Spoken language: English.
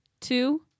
two